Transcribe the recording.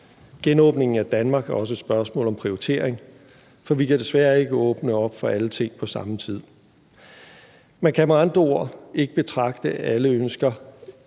Genåbningen af Danmark er også et spørgsmål om prioritering, for vi kan desværre ikke åbne op for alle ting på samme tid. Man kan med andre ord ikke betragte alle ønsker